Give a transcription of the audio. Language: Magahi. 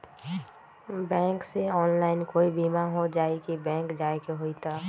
बैंक से ऑनलाइन कोई बिमा हो जाई कि बैंक जाए के होई त?